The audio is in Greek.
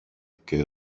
και